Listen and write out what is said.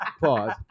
Pause